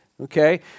Okay